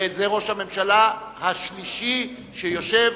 זה ראש הממשלה השלישי שיושב